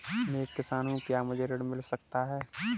मैं एक किसान हूँ क्या मुझे ऋण मिल सकता है?